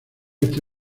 este